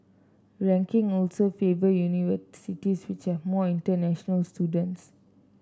ranking also favour universities which have more international students